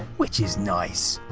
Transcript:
which is nice.